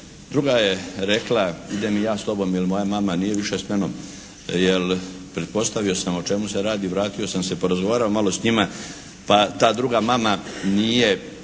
Druga je rekla idem i ja s tom jer moja mama nije više s menom. Jer pretpostavio sam o čemu se radi. Vratio sam se, porazgovarao malo s njima pa ta druga mama nije